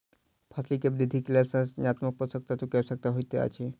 फसिल के वृद्धिक लेल संरचनात्मक पोषक तत्व के आवश्यकता होइत अछि